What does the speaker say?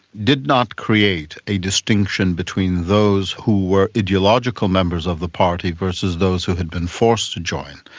did not create a distinction between those who were ideological members of the party versus those who had been forced to join,